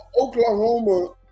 Oklahoma